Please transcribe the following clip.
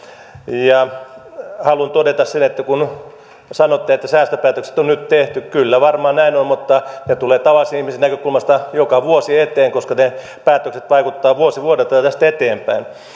haluan todeta sen että kun sanotte että säästöpäätökset on nyt tehty kyllä varmaan näin on mutta ne tulevat tavallisen ihmisen näkökulmasta joka vuosi eteen koska ne päätökset vaikuttavat vuosi vuodelta jo tästä eteenpäin